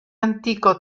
antico